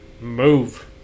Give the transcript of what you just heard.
move